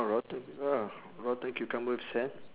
rotten ah rotten cucumber with sand